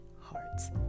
hearts